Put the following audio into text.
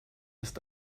ist